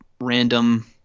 random